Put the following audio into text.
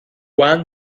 one